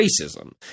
racism